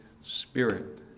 Spirit